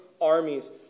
armies